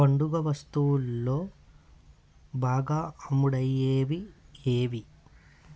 పండుగ వస్తువుల్లో బాగా అమ్ముడయ్యేవి ఏవి